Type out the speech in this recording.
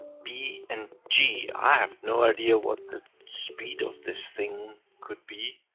b and g. i have no idea what the speed of this thing could be.